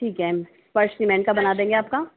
ठीक है फर्श सिमेन्ट का बना देंगे आपका